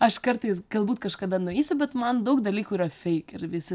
aš kartais galbūt kažkada nueisiu bet man daug dalykų yra feik ir visi